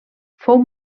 fou